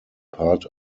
part